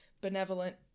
benevolent